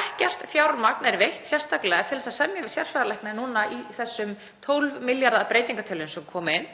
Ekkert fjármagn er veitt sérstaklega til að semja við sérfræðilækna núna í þessum 12 milljarða breytingartillögum sem koma inn